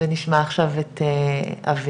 ונשמע עכשיו את אביך.